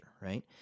right